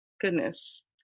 goodness